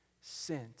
sent